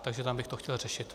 Takže tam bych to chtěl řešit.